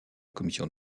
commission